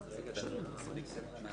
"ממשית"